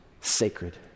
sacred